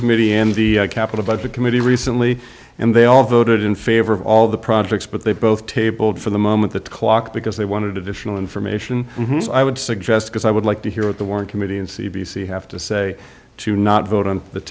committee in the capital budget committee recently and they all voted in favor of all the projects but they both tabled for the moment the clock because they wanted to distill information i would suggest because i would like to hear what the warren committee and c b c have to say to not vote on the